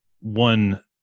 one